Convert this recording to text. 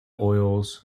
oils